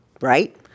right